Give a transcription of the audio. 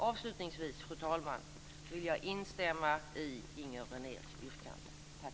Avslutningsvis, fru talman, vill jag instämma i Inger Renés yrkande.